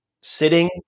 sitting